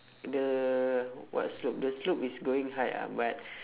the what slope the slope is going high ah but